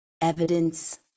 evidence